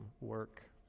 work